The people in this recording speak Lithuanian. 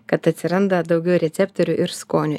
kad atsiranda daugiau receptorių ir skonio